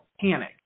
panic